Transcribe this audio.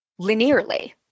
linearly